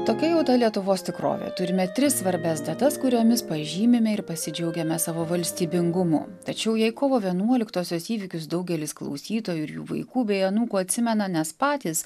tokia jau ta lietuvos tikrovė turime tris svarbias datas kuriomis pažymime ir pasidžiaugiame savo valstybingumu tačiau jei kovo vienuoliktosios įvykius daugelis klausytojų ir jų vaikų bei anūkų atsimena nes patys